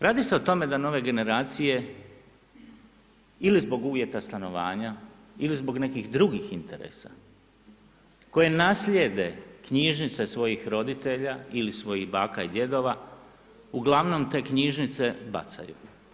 Radi se o tome da nove generacije ili zbog uvjeta stanovanja ili zbog nekih drugih interesa koje naslijede knjižnice svojih roditelja ili svojih baka i djedova, uglavnom te knjižnice bacaju.